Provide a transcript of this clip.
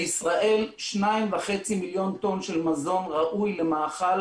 בישראל 2.5 מיליון טון של מזון ראוי למאכל,